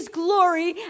glory